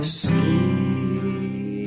see